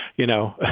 you know